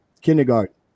kindergarten